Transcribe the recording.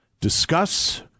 discuss